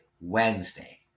Wednesday